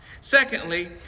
Secondly